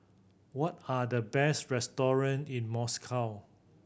what are the best restaurant in Moscow